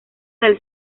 del